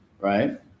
right